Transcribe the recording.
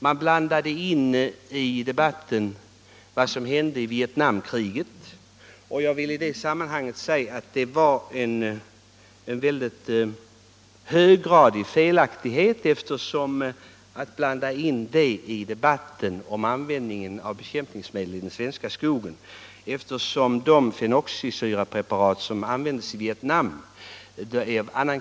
Man blandade in i debatten vad som hände i Vietnamkriget, och det var högst felaktigt, eftersom de fenoxisyrapreparat som användes i Vietnam var av annan karaktär än dem vi använder i skogen här hemma.